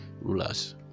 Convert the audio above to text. rulers